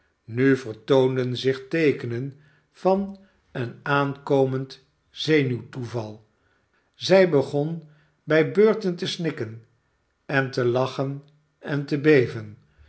nu vertoonden zich teekenen van een aankomend zenuwtoeval zij begon bij beurten te snikken te lachen en te beven